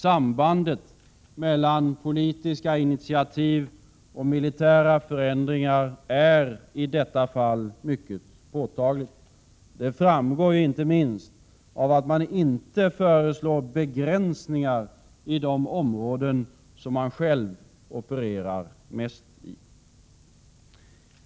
Sambandet mellan politiska initiativ och militära förändringar är i detta fall mycket påtagligt. Det framgår bl.a. av att man inte föreslår begränsningar i de områden som man själv opererar mest i.